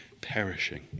perishing